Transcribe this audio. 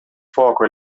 fuoco